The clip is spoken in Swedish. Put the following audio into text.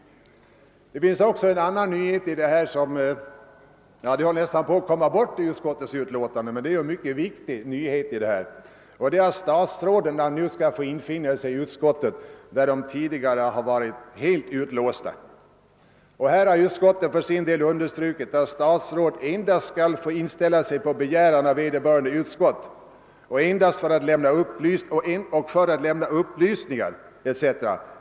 Det finns också en annan, mycket viktig nyhet, som nästan höll på att komma bort i utskottsutlåtandet, nämligen att statsråden skall få infinna sig vid utskottssammanträdena, där de tidigare varit helt utestängda. Här har utskottet för sin del understrukit att »statsråd endast skall få inställa sig på begäran av vederbörande utskott och endast för att lämna upplysningar etc.